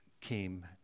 came